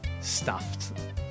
Stuffed